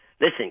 Listen